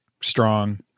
strong